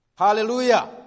Hallelujah